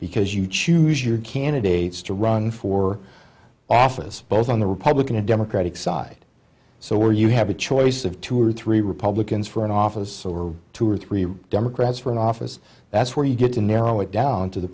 because you choose your candidates to run for office both on the republican and democratic side so where you have a choice of two or three republicans for an office or two or three democrats for an office that's where you get to narrow it down to the